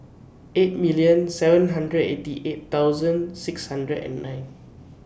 eight million seven hundred eighty eight thousand six hundred and nine